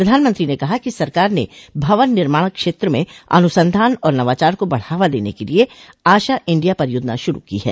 प्रधानमंत्री ने कहा कि सरकार न भवन निर्माण क्षेत्र में अनुसंधान और नवाचार को बढ़ावा देने के लिए आशा इंडिया परियोजना शुरू की है